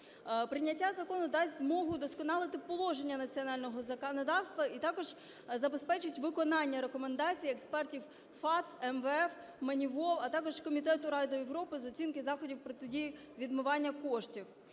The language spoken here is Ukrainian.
Прийняття закону дасть змогу вдосконалити положення національного законодавства і також забезпечить виконання рекомендацій експертів FATF, МВФ, Moneyveo, а також Комітету ради Європи з оцінки заходів протидії відмивання коштів.